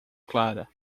clara